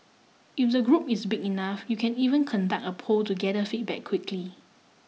if the group is big enough you can even conduct a poll to gather feedback quickly